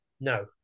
No